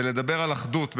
בלדבר על אחדות,